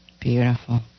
Beautiful